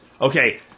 Okay